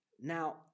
Now